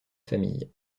famille